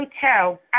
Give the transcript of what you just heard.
hotel